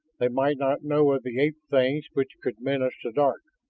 they might not know of the ape-things which could menace the dark.